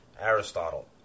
Aristotle